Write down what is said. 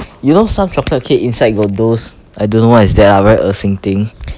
you know some chocolate cake inside got those I don't know what is that lah very 恶心 thing